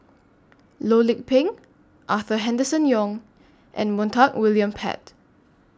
Loh Lik Peng Arthur Henderson Young and Montague William Pett